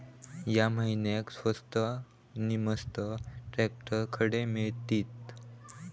या महिन्याक स्वस्त नी मस्त ट्रॅक्टर खडे मिळतीत?